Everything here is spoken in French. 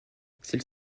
celle